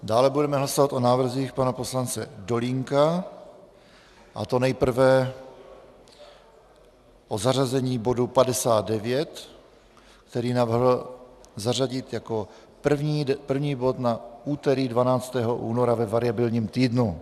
Dále budeme hlasovat o návrzích pana poslance Dolínka, a to nejprve o zařazení bodu 59, který navrhl zařadit jako první bod na úterý 12. února ve variabilním týdnu.